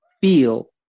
feel